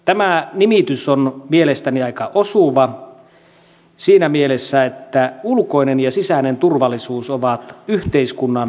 tämä nimitys on mielestäni aika osuva siinä mielessä että ulkoinen ja sisäinen turvallisuus ovat yhteiskunnan peruskiviä